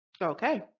Okay